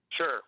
Sure